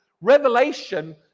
revelation